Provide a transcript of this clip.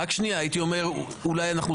הייתי אומר אולי.